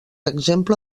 exemple